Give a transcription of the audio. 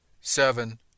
seven